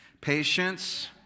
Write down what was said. patience